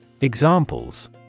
Examples